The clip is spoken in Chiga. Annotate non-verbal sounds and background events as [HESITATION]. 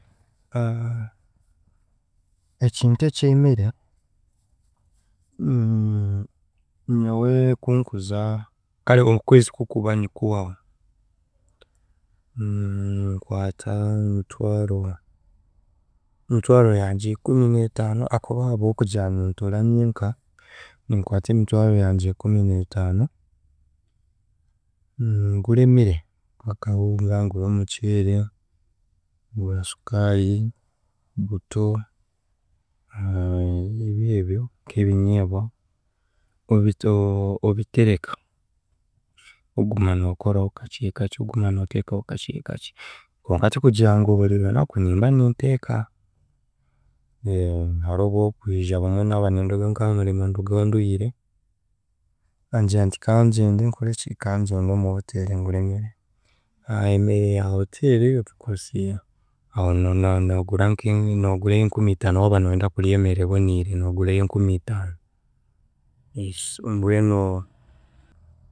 [HESITATION] ekintu eky’emere [HESITATION] nyowe kunkuza kare okwezi kukuba nikuhwaho [HESITATION] nikwata emitwaro emitwaro yangye ikumineetaano ahakuba ahabw’okugira ngu nintuura nyenka, ninkwata emitwara yangye ikumineetaano ngure emere ngura akahunga, ngura omuceeri, ngura sukaari, buto [HESITATION] nibyebyo nk'ebinyeebwa obito obitereka oguma nookoraho kakye kakye oguma nooteekaho kakye kakye, konka tikugira ngu buri runaku nimba ninteeka hariho obworikwija obumwe naaba ninduga nk'aha murimo ndugaho nduhire, ngira nti kangyende nkoreki ngira ki, kangyende omu hotel ngure emere, emere ya hotel of course aha no- no- noogura nk'eye noogura eyenkumiitaano waaba nooyenda kurya emere eboniire, noogura ey’enkumiitaano so mbwenu